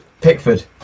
Pickford